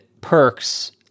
perks